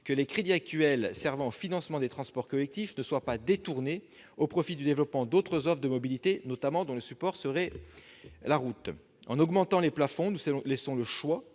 que les crédits actuels servant au financement des transports collectifs ne soient pas détournés au profit du développement d'autres offres de mobilité, notamment celles dont le support serait la route. En augmentant les plafonds, nous laissons le choix-